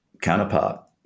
counterpart